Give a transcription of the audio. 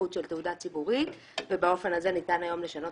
נפקות של תעודה ציבורית ובאופן הזה ניתן היום לשנות